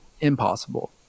impossible